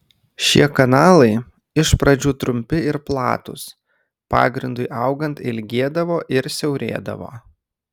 šie kanalai iš pradžių trumpi ir platūs pagrindui augant ilgėdavo ir siaurėdavo